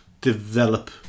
develop